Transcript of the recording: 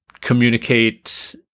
communicate